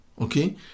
Okay